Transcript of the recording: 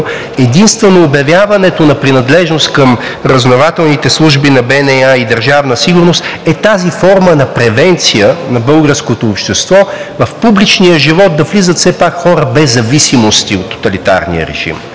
единствено обявяването на принадлежност към разузнавателните служби на БНА и Държавна сигурност е тази форма на превенция на българското общество в публичния живот да влизат все пак хора без зависимости от тоталитарния режим.